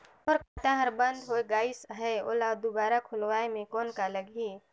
मोर खाता हर बंद हो गाईस है ओला दुबारा खोलवाय म कौन का लगही?